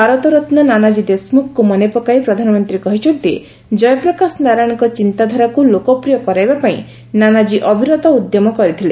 ଭାରତରତ୍ନ ନାନାକୀ ଦେଶମୁଖଙ୍କୁ ମନେପକାଇ ପ୍ରଧାନମନ୍ତ୍ରୀ କହିଛନ୍ତି ଜୟପ୍ରକାଶ ନାରାୟଣଙ୍କ ଚିନ୍ତାଧାରାକୁ ଲୋକପ୍ରିୟ କରାଇବା ପାଇଁ ନାନାଜୀ ଅବିରତ ଉଦ୍ୟମ କରିଥିଲେ